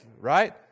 right